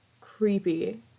creepy